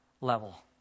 level